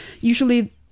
usually